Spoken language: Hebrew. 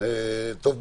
כי